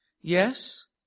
Yes